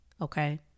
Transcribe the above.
okay